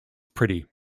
pretty